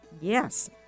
Yes